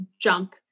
jump